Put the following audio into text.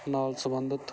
ਨਾਲ ਸੰਬੰਧਿਤ